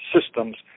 systems